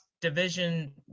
division